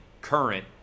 current